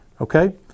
Okay